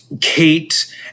Kate